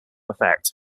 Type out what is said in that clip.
effect